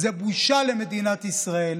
זו בושה למדינת ישראל.